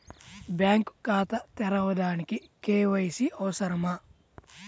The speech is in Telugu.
బ్యాంక్ ఖాతా తెరవడానికి కే.వై.సి అవసరమా?